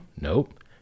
Nope